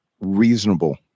reasonable